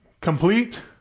Complete